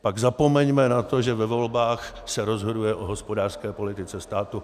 Pak zapomeňme na to, že ve volbách se rozhoduje o hospodářské politice státu.